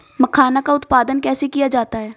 मखाना का उत्पादन कैसे किया जाता है?